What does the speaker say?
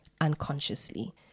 unconsciously